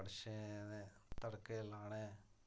कड़छें दे तड़के लाने